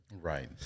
Right